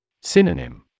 Synonym